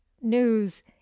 news